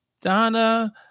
Donna